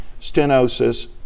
stenosis